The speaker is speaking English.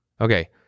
Okay